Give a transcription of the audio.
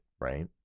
right